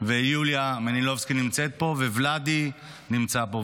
ויוליה מלינובסקי נמצאת פה, וולדי נמצא פה.